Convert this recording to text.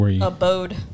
abode